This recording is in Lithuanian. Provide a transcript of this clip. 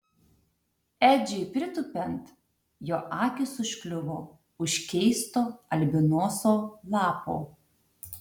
edžiui pritūpiant jo akys užkliuvo už keisto albinoso lapo